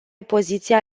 poziția